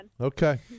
okay